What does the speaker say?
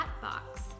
box